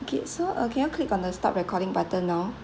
okay so uh can you click on the stop recording button now